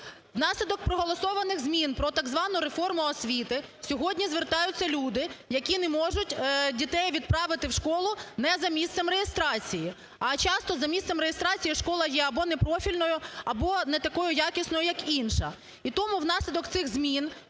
Внаслідок проголосованих змін про так звану реформу освіти сьогодні звертаються люди, які не можуть дітей відправити в школу не за місцем реєстрації. А часто за місцем реєстрації школа є або непрофільною, або не такою якісною, як інша.